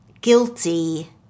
guilty